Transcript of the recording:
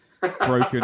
broken